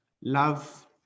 Love